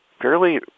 fairly